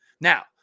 Now